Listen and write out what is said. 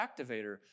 activator